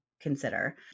consider